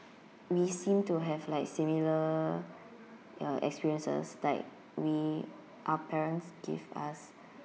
we seem to have like similar uh experiences like we our parents give us